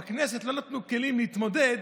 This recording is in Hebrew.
בכנסת לא נתנו כלים להתמודד,